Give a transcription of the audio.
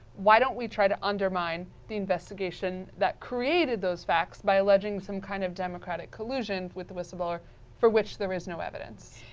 why don't we try to under mine the investigation that created those facts by alleging some kind of democratic collusion with the whistleblower for which there is no evidence.